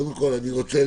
אני חושב